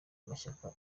mashyaka